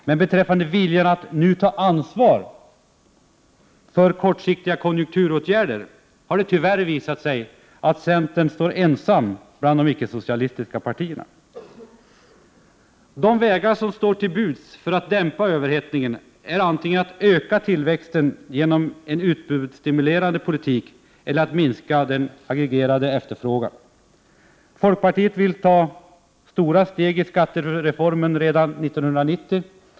Men beträffande viljan att nu ta ansvar för kortsiktiga konjunkturåtgärder har det tyvärr visat sig att centern står ensam bland de icke-socialistiska partierna. De vägar som står till buds för att dämpa överhettningen är att antingen öka tillväxten genom en utbudsstimulerande politik eller minska den aggregerade efterfrågan. Folkpartiet vill ta stora steg i skattereformen redan 1990.